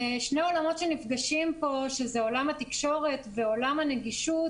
שנפגשים פה שזה עולם התקשורת ועולם הנגישות